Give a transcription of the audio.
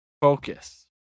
focus